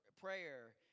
prayer